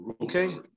Okay